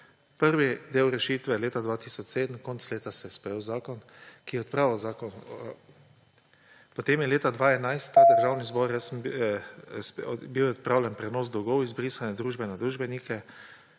Prvi del – rešitve leta 2007, konec leta se je sprejel zakon, ki je odpravil zakon. Potem je leta 2011 v tem državnem zboru bil je odpravljen prenos dolgov izbrisane družbe na družbenike.